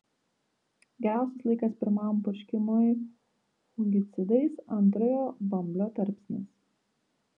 geriausias laikas pirmam purškimui fungicidais antrojo bamblio tarpsnis